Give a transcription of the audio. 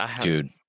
dude